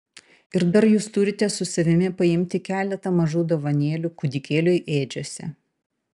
ir dar jūs turite su savimi paimti keletą mažų dovanėlių kūdikėliui ėdžiose